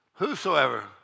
Whosoever